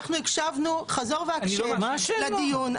אנחנו הקשבנו חזור והקשב לדיון,